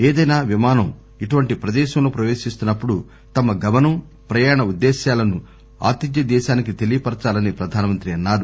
ఏదైనా విమానం ఇటువంటి ప్రదేశంలో ప్రవేశిస్తున్నప్పుడు తమ గమనం ప్రయాణ ఉద్దేశాలను ఆతిథ్య దేశానికి తెలియపరచాలని ప్రధాని అన్నారు